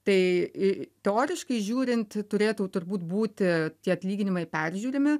tai teoriškai žiūrint turėtų turbūt būti tie atlyginimai peržiūrimi